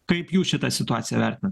kaip jūs šitą situaciją vertinat